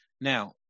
Now